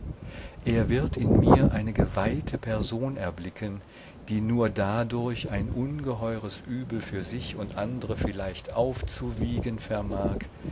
er wird in mir eine geweihte person erblicken die nur dadurch ein ungeheures übel für sich und andre vielleicht aufzuwiegen vermag